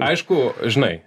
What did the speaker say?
aišku žinai